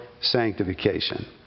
sanctification